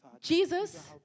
Jesus